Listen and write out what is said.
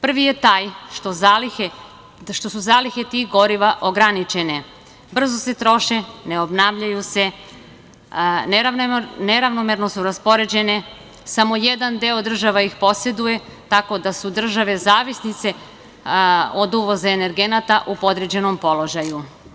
Prvi je taj što su zalihe tih goriva ograničene, brzo se troše, ne obnavljaju se, neravnomerno su raspoređene, samo jedan deo država ih poseduje, tako da su države zavisnice od uvoza energenata u podređenom položaju.